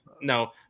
No